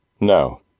No